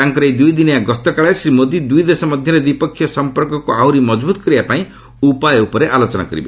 ତାଙ୍କର ଏହି ଦୁଇଦିନିଆ ଗସ୍ତକାଳରେ ଶ୍ରୀ ମୋଦି ଦୁଇ ଦେଶ ମଧ୍ୟରେ ଦ୍ୱିପକ୍ଷୀୟ ସମ୍ପର୍କକୁ ଆହୁରି ମଜବୁତ କରିବାପାଇଁ ଉପାୟ ଉପରେ ଆଲୋଚନା ହେବ